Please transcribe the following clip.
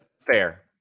Fair